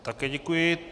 Také děkuji.